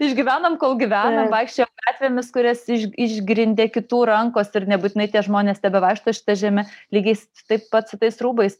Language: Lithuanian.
išgyvenam kol gyvenam vaikščiojo gatvėmis kurias iš išgrindė kitų rankos ir nebūtinai tie žmonės tebevaikšto šita žeme lygiais taip pat su tais rūbais